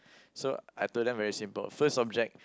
so I told them very simple first object